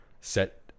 set